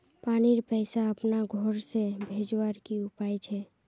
पानीर पैसा अपना घोर से भेजवार की उपाय छे?